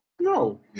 No